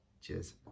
cheers